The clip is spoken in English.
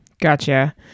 Gotcha